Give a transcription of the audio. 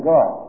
God